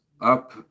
up